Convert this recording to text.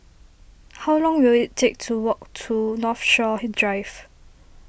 how long will it take to walk to Northshore Drive